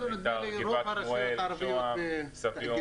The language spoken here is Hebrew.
גבעת שמואל -- רוב הרשויות המקומיות בתאגידים.